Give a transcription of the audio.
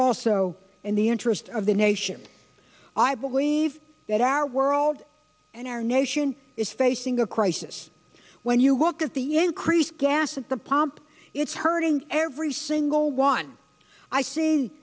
also in the interest of the nation i believe that our world and our nation is facing a crisis when you look at the increased gas at the pump it's hurting every single one i seen